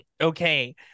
Okay